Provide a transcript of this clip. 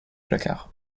placard